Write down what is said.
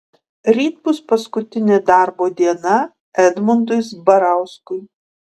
ryt bus paskutinė darbo diena edmundui zbarauskui